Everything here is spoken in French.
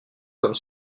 comme